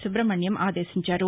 సుబ్రహ్మణ్యం ఆదేశించారు